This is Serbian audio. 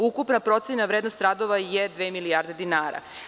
Ukupna procenjena vrednost radova je dve milijarde dinara.